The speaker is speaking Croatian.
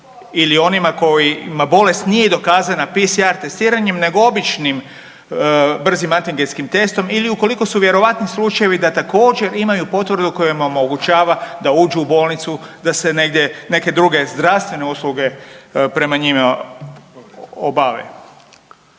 ili onima kojima bolest nije dokazana PCR testiranjem nego običnim brzi antigenskim testom ili ukoliko su vjerojatni slučajevi da također, imaju potvrdu koja im omogućava da uđu u bolnicu, da se negdje, neke druge zdravstvene usluge prema njima obave.